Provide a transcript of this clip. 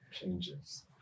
Changes